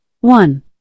One